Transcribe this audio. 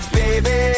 baby